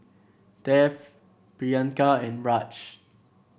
Dev Priyanka and Raj